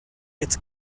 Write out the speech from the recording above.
its